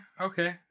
okay